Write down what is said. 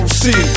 see